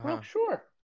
sure